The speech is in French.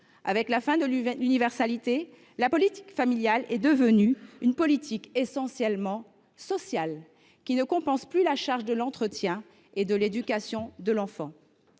en perdant son universalité, la politique familiale est devenue essentiellement sociale et ne compense plus la charge de l’entretien et de l’éducation de l’enfant.